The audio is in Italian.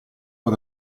per